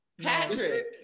Patrick